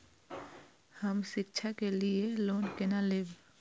हम शिक्षा के लिए लोन केना लैब?